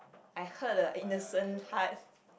I hurt a innocent heart